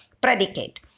predicate